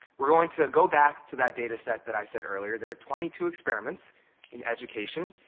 we're going to go back to that data set that i said earlier. there are twenty two experiments in education.